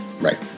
Right